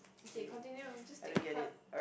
okay continue just take a card